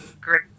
great